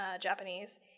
Japanese